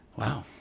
Wow